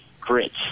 grits